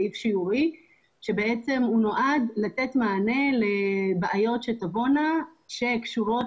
והוא נועד לתת מענה לבעיות שתבואנה שקשורות